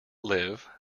live